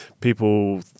people